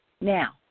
Now